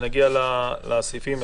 כשנגיע לסעיפים.